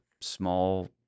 small